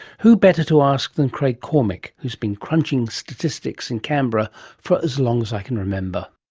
who better to ask than craig cormick, who's been crunching statistics in canberra for as long as i can remember.